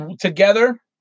together